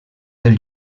del